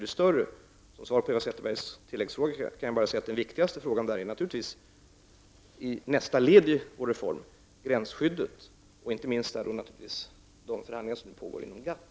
Som svar på Eva Zetterbergs tilläggsfrågor kan jag säga att det viktigaste i nästa led av reformen är gränsskyddet och inte minst de förhandlingar som nu pågår inom GATT.